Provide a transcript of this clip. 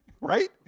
Right